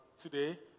today